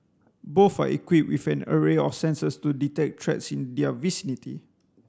both are equipped with an array of sensors to detect threats in their vicinity